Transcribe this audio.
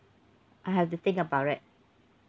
I have to think about it